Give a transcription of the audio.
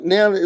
Now